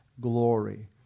glory